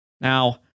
Now